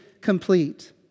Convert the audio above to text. complete